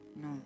no